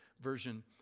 version